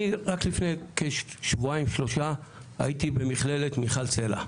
אני רק לפני כשבועיים שלושה הייתי במכללת מיכל סלע.